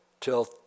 till